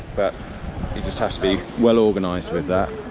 but it just has to be well organised with that,